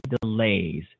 delays